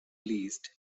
least